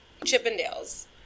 chippendales